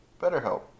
BetterHelp